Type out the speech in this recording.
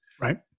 right